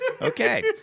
Okay